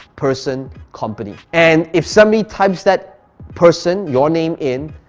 person, company. and if somebody types that person, your name in,